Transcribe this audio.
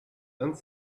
vingt